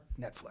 Netflix